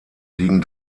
liegen